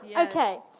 yeah okay.